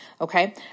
Okay